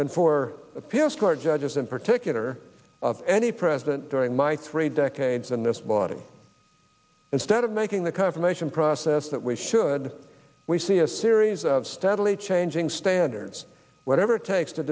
and for appeals court judges in particular of any president during my three decades in this body instead of making the confirmation process that we should we see a series of steadily changing standards whatever it takes to